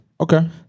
Okay